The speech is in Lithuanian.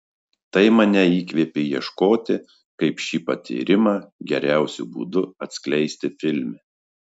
tai mane įkvėpė ieškoti kaip šį patyrimą geriausiu būdu atskleisti filme